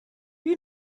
you